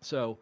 so